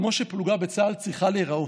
כמו שפלוגה בצה"ל צריכה להיראות.